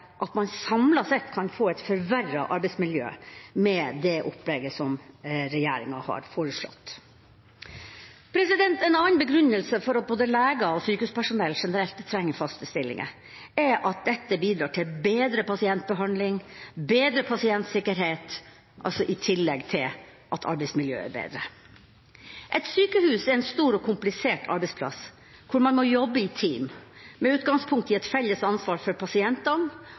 at de oppfatter at man samlet sett kan få et forverret arbeidsmiljø med det opplegget som regjeringa har foreslått. En annen begrunnelse for at både leger og sykehuspersonell generelt trenger faste stillinger, er at dette bidrar til bedre pasientbehandling og bedre pasientsikkerhet i tillegg til at arbeidsmiljøet blir bedre. Et sykehus er en stor og komplisert arbeidsplass hvor man må jobbe i team, med utgangspunkt i et felles ansvar for pasientene